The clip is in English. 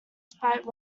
spite